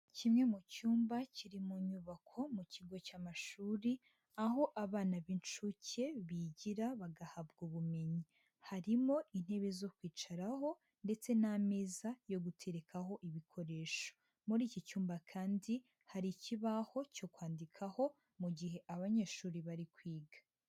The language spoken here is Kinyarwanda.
Kimwe mu cyumba kiri mu nyubako mu kigo cy'amashuri, aho abana b'inshuke bigira bagahabwa ubumenyi, harimo intebe zo kwicaraho ndetse n'ameza yo guterekaho ibikoresho, muri iki cyumba kandi hari ikibaho cyo kwandikaho mu gihe abanyeshuri bari kwiga.